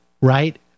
right